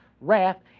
wrath